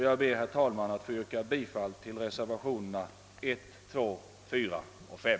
Jag ber, herr talman, att få yrka bifall till reservationerna 1, 2, 4 och 5.